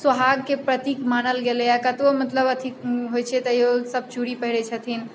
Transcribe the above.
सुहागके प्रतीक मानल गेलै हँ कतबो मतलब अथी होइत छै तहियो सब चूड़ी पहिरैत छथिन